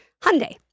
Hyundai